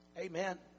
Amen